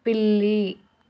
పిల్లి